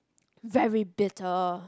very bitter